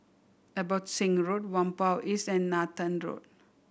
Abbotsingh Road Whampoa East and Nathan Road